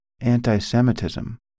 anti-Semitism